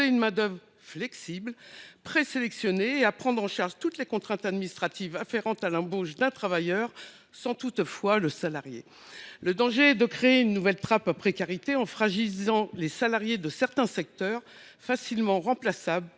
une main d’œuvre flexible et présélectionnée ; deuxièmement, prendre en charge toutes les contraintes administratives afférentes à l’embauche d’un travailleur sans toutefois le salarier. De telles plateformes risquent fort d’ouvrir une nouvelle trappe à précarité en fragilisant les salariés de certains secteurs, facilement remplaçables